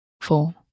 four